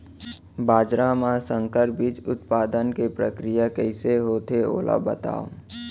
बाजरा मा संकर बीज उत्पादन के प्रक्रिया कइसे होथे ओला बताव?